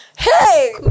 Hey